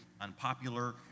unpopular